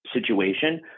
situation